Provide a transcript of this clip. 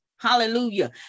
Hallelujah